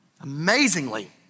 Amazingly